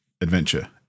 adventure